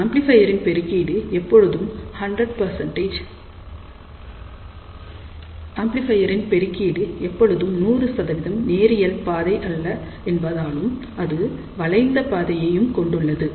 ஆம்ப்ளிபையரின் பெருக்கீடு எப்பொழுதும் 100 நேரியல் பாதை அல்ல என்பதாலும் அது வளைந்த பாதையையும் கொண்டுள்ளது